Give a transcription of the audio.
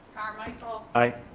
carmichael. i.